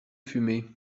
fumer